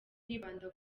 kwibanda